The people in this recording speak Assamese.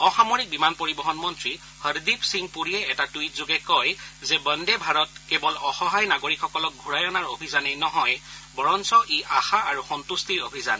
অসামৰিক বিমান পৰিবহণ মন্ত্ৰী হৰদীপ সিং পুৰীয়ে এটা টুইটযোগে কয় যে বন্দে ভাৰত কেৱল অসহায় নাগৰিকসকলক ঘূৰাই অনাৰ অভিযানেই নহয় বৰঞ্চ ই আশা আৰু সম্ভট্টিৰ অভিযান